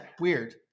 weird